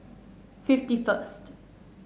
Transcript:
fifty first